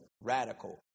radical